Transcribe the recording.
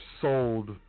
sold